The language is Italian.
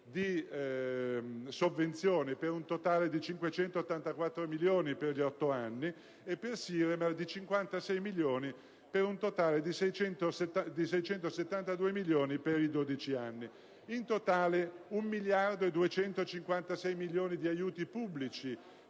di sovvenzioni per un totale di 584 milioni per gli otto anni e per Siremar di 56 milioni, per un totale di 672 milioni per i 12 anni. Si tratta, in totale, di un miliardo e 256 milioni di aiuti pubblici